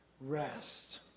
rest